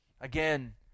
again